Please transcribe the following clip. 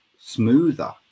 smoother